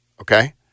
Okay